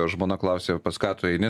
žmona klausė pas ką tu eini